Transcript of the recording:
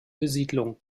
besiedlung